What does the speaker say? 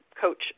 coach